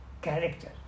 character